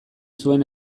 zuen